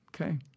okay